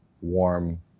warm